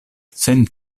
sen